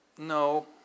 No